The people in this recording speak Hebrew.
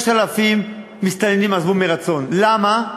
6,000 מסתננים עזבו מרצון, למה?